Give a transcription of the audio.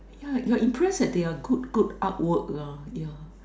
yeah you are impressed at their good good art work uh yeah